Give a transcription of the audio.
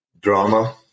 drama